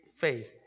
faith